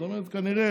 זאת אומרת שכנראה,